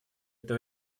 это